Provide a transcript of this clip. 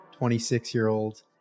26-year-old